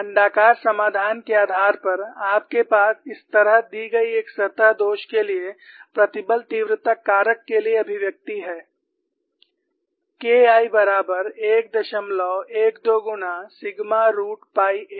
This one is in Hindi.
अण्डाकार समाधान के आधार पर आपके पास इस तरह दी गई एक सतह दोष के लिए प्रतिबल तीव्रता कारक के लिए अभिव्यक्ति है केK I बराबर 112 गुना सिग्मा रूट पाई a